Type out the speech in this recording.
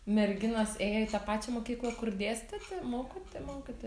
merginos ėjo į tą pačią mokyklą kur dėstėte mokote mokėte